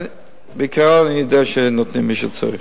בעיקרון אני יודע שנותנים למי שצריך.